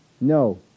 No